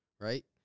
right